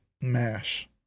Mash